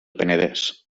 penedès